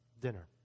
dinner